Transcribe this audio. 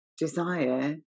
Desire